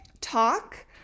talk